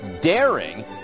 daring